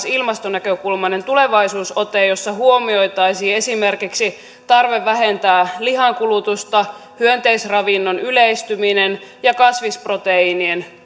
ilmastonäkökulmaisen tulevaisuusotteen jossa huomioitaisiin esimerkiksi tarve vähentää lihankulutusta hyönteisravinnon yleistyminen sekä kasvisproteiinien